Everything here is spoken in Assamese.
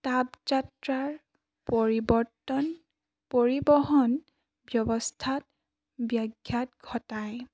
পৰিৱৰ্তন পৰিবহণ ব্যৱস্থাত ব্যাঘাত ঘটায়